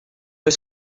eus